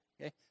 okay